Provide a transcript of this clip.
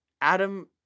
Adam